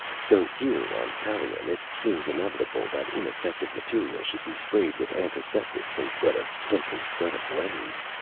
so here on tallien it seemed inevitable that infective material should be sprayed with antiseptics instead of simply set ablaze.